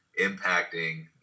impacting